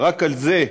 רק על זה,